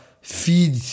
feed